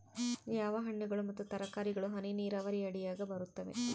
ಯಾವ ಹಣ್ಣುಗಳು ಮತ್ತು ತರಕಾರಿಗಳು ಹನಿ ನೇರಾವರಿ ಅಡಿಯಾಗ ಬರುತ್ತವೆ?